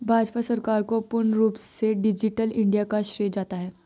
भाजपा सरकार को पूर्ण रूप से डिजिटल इन्डिया का श्रेय जाता है